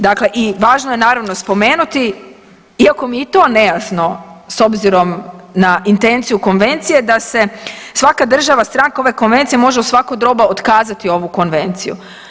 Dakle, i važno je naravno spomenuti, iako mi je i to nejasno s obzirom na intenciju konvencije da se svaka država stranka ove konvencije može u svako doba otkazati ovu konvenciju.